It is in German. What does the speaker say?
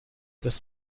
das